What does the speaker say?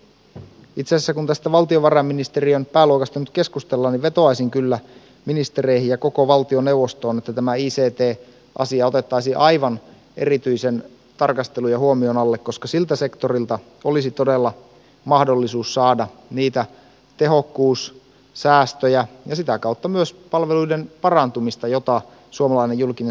itse asiassa kun tästä valtiovarainministeriön pääluokasta nyt keskustellaan vetoaisin kyllä ministereihin ja koko valtioneuvostoon että tämä ict asia otettaisiin aivan erityisen tarkastelun ja huomion alle koska siltä sektorilta olisi todella mahdollisuus saada niitä tehokkuussäästöjä ja sitä kautta myös palveluiden parantumista mitä suomalainen julkinen sektori kaipaa